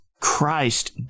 Christ